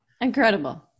Incredible